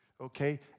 okay